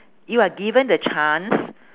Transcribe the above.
you are given the chance